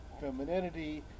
femininity